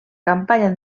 campanya